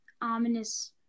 ominous